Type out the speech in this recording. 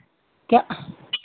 क्या